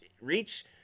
reach